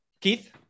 Keith